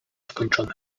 skończone